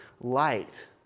light